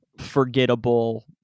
forgettable